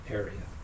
area